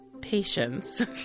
Patience